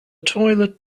toilet